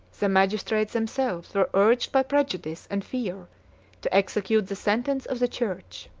the magistrates themselves were urged by prejudice and fear to execute the sentence of the church.